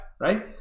right